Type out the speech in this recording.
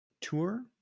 tour